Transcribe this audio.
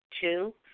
Two